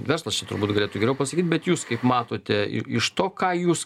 verslas čia turbūt galėtų geriau pasakyt bet jūs kaip matote iš to ką jūs